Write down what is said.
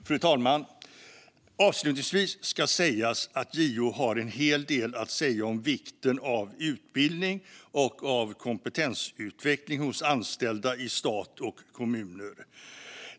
Fru talman! Avslutningsvis ska sägas att JO har en hel del att säga om vikten av utbildning och av kompetensutveckling hos anställda i stat och kommuner.